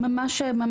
על מה מדובר?